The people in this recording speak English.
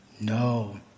No